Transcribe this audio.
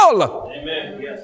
Amen